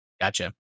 Gotcha